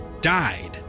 died